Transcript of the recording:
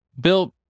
Bill